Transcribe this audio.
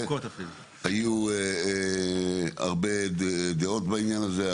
היו הרבה דעות בעניין הזה,